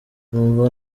numva